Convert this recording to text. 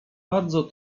bardzo